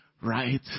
right